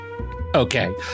Okay